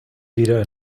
wieder